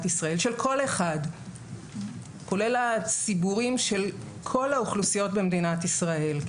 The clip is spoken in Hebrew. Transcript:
ישראל של כל אחד כולל הציבורים של כל האוכלוסיות במדינת ישראל.